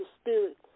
spirit